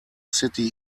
city